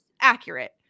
accurate